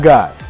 God